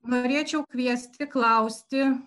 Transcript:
norėčiau kviesti klausti